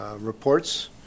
reports